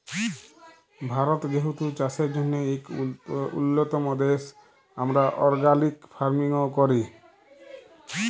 ভারত যেহেতু চাষের জ্যনহে ইক উল্যতম দ্যাশ, আমরা অর্গ্যালিক ফার্মিংও ক্যরি